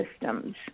Systems